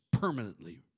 permanently